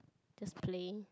just playing